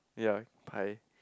ya pie